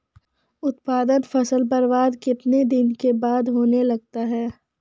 उत्पादन फसल बबार्द कितने दिनों के बाद होने लगता हैं?